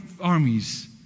armies